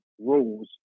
rules